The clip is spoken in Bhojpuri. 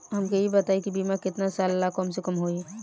हमके ई बताई कि बीमा केतना साल ला कम से कम होई?